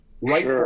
right